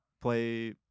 play